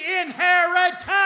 inheritance